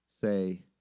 say